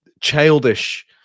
childish